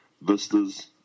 Vistas